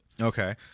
Okay